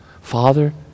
Father